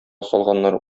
салганнар